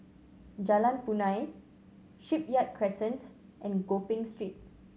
Jalan Punai Shipyard Crescent and Gopeng Street